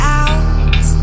out